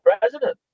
president